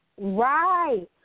Right